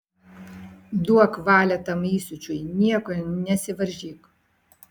duok valią tam įsiūčiui nieko nesivaržyk